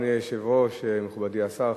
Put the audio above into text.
מכובדי השר,